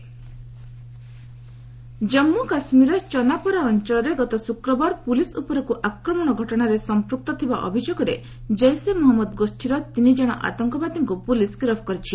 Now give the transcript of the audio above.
କେକେ arrest Jammu କାଶ୍ମୀରର ଚନାପୋରା ଅଞ୍ଚଳରେ ଗତ ଶୁକ୍ରବାର ପୁଲିସ୍ ଉପରକୁ ଆକ୍ରମଣ ଘଟଣାରେ ସଂପୃକ୍ତ ଥିବା ଅଭିଯୋଗରେ ଜେିସେ ମହମ୍ମଦ ଗୋଷ୍ଠୀର ତିନିଜଣ ଆତଙ୍କବାଦୀଙ୍କୁ ଗିରଫ କରାଯାଇଛି